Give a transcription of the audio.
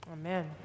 Amen